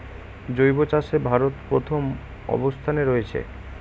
জৈব চাষে ভারত প্রথম অবস্থানে রয়েছে